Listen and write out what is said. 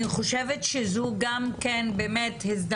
אני חושבת שזו גם הזדמנות.